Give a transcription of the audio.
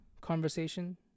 conversation